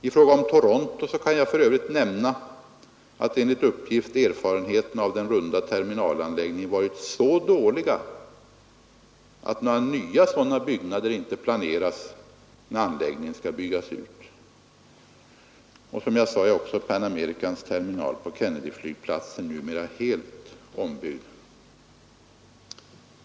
I fråga om Toronto kan jag för övrigt nämna att enligt uppgifter erfarenheterna av den runda terminalanläggningen varit så dåliga att några nya sådana byggnader inte planeras när anläggningen skall byggas ut. Och, som jag sade, är också Pan Americans terminal på Kennedyflygplatsen numera helt ombyggd.